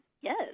Yes